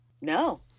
No